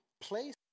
place